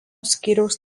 skyriaus